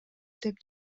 деп